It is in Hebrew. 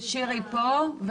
שירי פה.